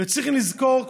וצריך לזכור,